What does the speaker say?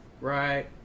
right